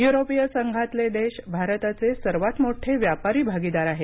युरोपीय संघातले देश भारताचे सर्वात मोठे व्यापारी भागीदार आहेत